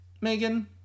Megan